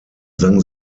sang